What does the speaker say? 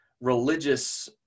religious